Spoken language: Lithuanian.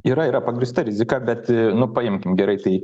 yra yra pagrįsta rizika bet nu paimkim gerai tai